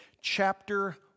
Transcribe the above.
chapter